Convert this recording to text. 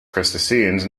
crustaceans